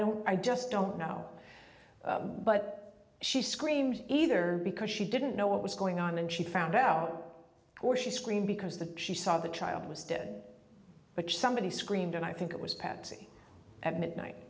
don't i just don't know but she screamed either because she didn't know what was going on and she found out or she screamed because the she saw the child was dead but somebody screamed and i think it was patsy at midnight